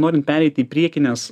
norin pereit į priekines